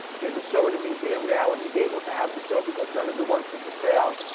there's a show in a museum now, and he's able to have the show because none of the works are for sale.